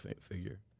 figure